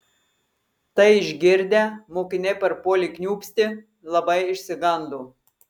tai išgirdę mokiniai parpuolė kniūpsti labai išsigando